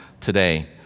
today